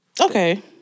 Okay